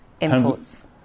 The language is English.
imports